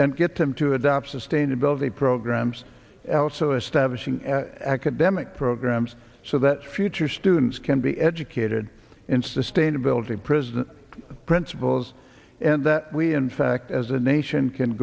and get them to adopt sustainability programs else so establishing academic programs so that future students can be educated in sustainability prison principals and that we in fact as a nation can